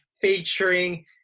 featuring